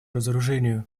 разоружению